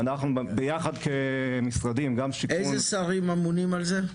ביחד כמשרדים גם שיכון- -- איזה שרים אמונים על זה?